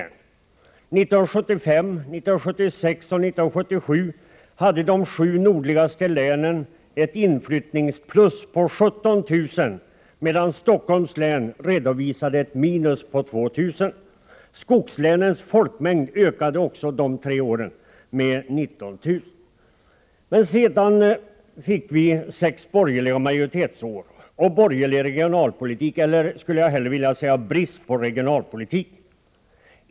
Åren 1975, 1976 och 1977 hade de sju nordligaste länen ett inflyttningsplus på 17 000, medan Stockholms län redovisade ett minus på 2 000. Skogslänens folkmängd ökade under dessa tre år med 19 000. Men sedan fick vi en borgerlig majoritet under sex år i riksdagen och borgerlig regionalpolitik, eller brist på regionalpolitik, skulle jag helst vilja säga.